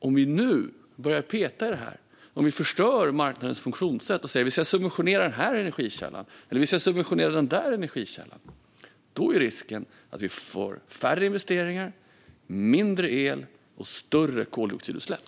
Om vi börjar peta i detta och förstör marknadens funktionssätt genom att subventionera den ena eller andra energikällan är risken att vi får färre investeringar, mindre el och större koldioxidutsläpp.